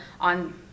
on